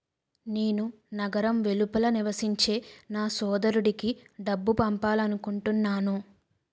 నేను నగరం వెలుపల నివసించే నా సోదరుడికి డబ్బు పంపాలనుకుంటున్నాను